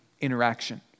interaction